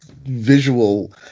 visual